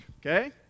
okay